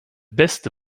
beste